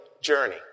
journey